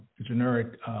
generic